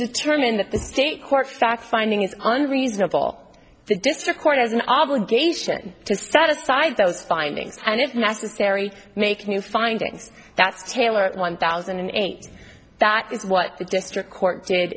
determined that the state court fact finding is unreasonable the district court has an obligation to set aside those findings and if necessary make new findings that's taylor one thousand and eight that is what the district court did